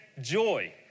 joy